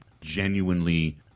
genuinely